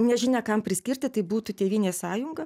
nežinia kam priskirti tai būtų tėvynės sąjunga